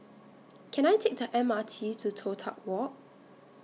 Can I Take The M R T to Toh Tuck Walk